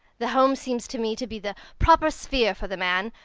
the home seems to me to be the proper sphere for the man.